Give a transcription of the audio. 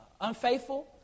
unfaithful